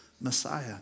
Messiah